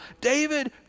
David